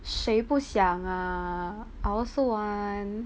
谁不想啊 I also want